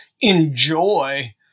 enjoy